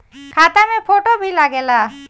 खाता मे फोटो भी लागे ला?